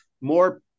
more